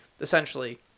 essentially